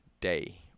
day